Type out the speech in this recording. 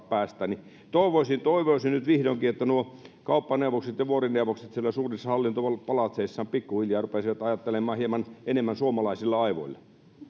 päästää toivoisin toivoisin nyt vihdoinkin että nuo kauppaneuvokset ja vuorineuvokset siellä suurissa hallintopalatseissaan pikkuhiljaa rupeaisivat ajattelemaan hieman enemmän suomalaisilla aivoilla